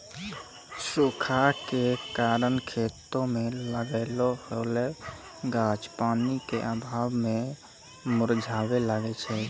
सूखा के कारण खेतो मे लागलो होलो गाछ पानी के अभाव मे मुरझाबै लागै छै